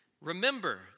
Remember